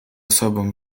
sobą